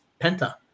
Penta